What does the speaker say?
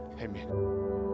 Amen